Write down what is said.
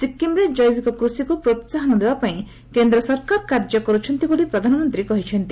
ସିକ୍କିମ୍ରେ ଜୈବିକ କୃଷିକୁ ପ୍ରୋହାହନ ଦେବାପାଇଁ କେନ୍ଦ୍ର ସରକାର କାର୍ଯ୍ୟ କର୍ତ୍ଥନ୍ତି ବୋଲି ପ୍ରଧାନମନ୍ତ୍ରୀ କହିଛନ୍ତି